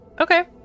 Okay